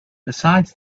besides